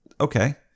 Okay